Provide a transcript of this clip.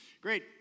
Great